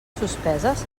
suspeses